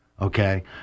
okay